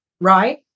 Right